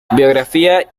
biografía